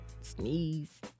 sneeze